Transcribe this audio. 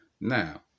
Now